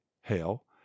hell